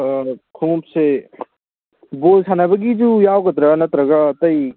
ꯈꯨꯃꯨꯛꯁꯦ ꯕꯣꯜ ꯁꯥꯟꯅꯕꯒꯤꯁꯨ ꯌꯥꯎꯒꯗ꯭ꯔ ꯅꯠꯇ꯭ꯔꯒ ꯑꯇꯩ